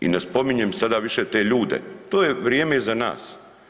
I ne spominjem sada više te ljude, to je vrijeme iza nas.